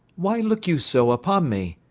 why look you so upon me?